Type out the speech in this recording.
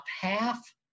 Half